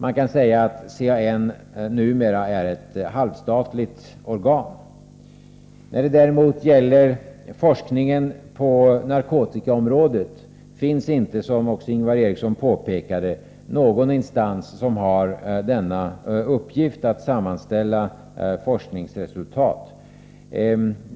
Man kan säga att CAN numera är ett halvstatligt organ. När det däremot gäller forskningen på narkotikaområdet finns det inte, som också Ingvar Eriksson påpekade, någon instans som har till uppgift att sammanställa forskningsresultat.